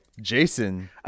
Jason